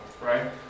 right